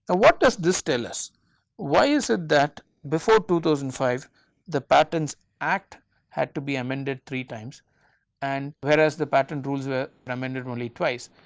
what does this tell us why is it that before two thousand and five the patents act had to be amended three times and where as the patent rules were amended only twice,